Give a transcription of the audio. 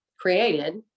created